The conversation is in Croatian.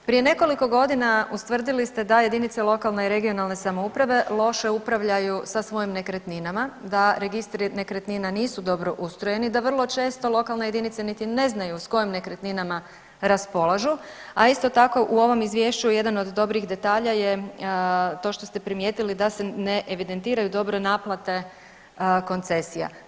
Prije nekoliko godina ustvrdili ste da jedinice lokalne i regionalne samouprave loše upravljaju sa svojim nekretninama, da registri nekretnina nisu dobro ustrojeni, da vrlo često lokalne jedinice niti ne znaju sa kojim nekretninama raspolažu, a isto tako u ovom izvješću jedan od dobrih detalja je to što ste primijetili da se ne evidentiraju dobre naplate koncesija.